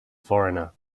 foreigner